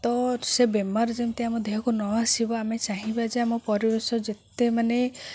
ତ ସେ ବେମାର ଯେମିତି ଆମ ଦେହକୁ ନ ଆସିବ ଆମେ ଚାହିଁବା ଯେ ଆମ ପରିବେଶ ଯେତେ ମାନେ